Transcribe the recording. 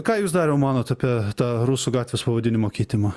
ką jūs dariau manote apie tą rusų gatvės pavadinimo keitimą